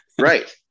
right